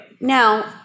Now